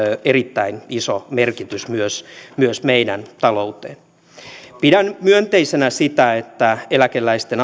erittäin iso merkitys myös myös meidän taloudellemme pidän myönteisenä sitä että eläkeläisten